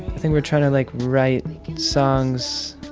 think we're trying to, like, write songs,